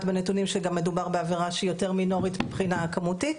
בנתונים שגם מדובר בעבירה שהיא יותר מינורית מבחינה כמותית.